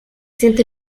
sienta